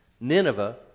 Nineveh